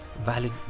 valid